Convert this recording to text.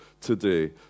today